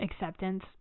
acceptance